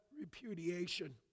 repudiation